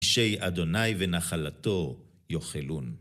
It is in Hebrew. שי אדוני ונחלתו יוכלון.